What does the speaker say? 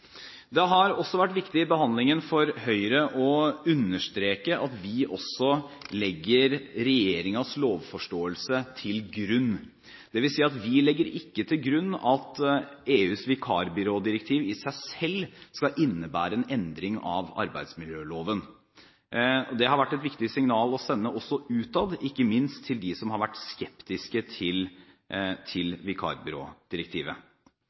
har det også vært viktig for Høyre å understreke at vi også legger regjeringens lovforståelse til grunn, dvs. at vi legger ikke til grunn at EUs vikarbyrådirektiv i seg selv skal innebære en endring av arbeidsmiljøloven. Det har vært et viktig signal å sende også utad, ikke minst til dem som har vært skeptiske til